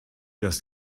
das